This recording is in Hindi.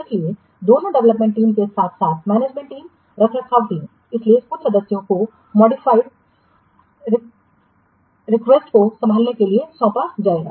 इसलिए दोनों डेवलपमेंट टीम के साथ साथमैनेजमेंट टीम रखरखाव टीम इसलिए कुछ सदस्यों को मॉडिफाइड रिक्वेस्ट को संभालने के लिए सौंपा जाएगा